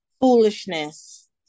Foolishness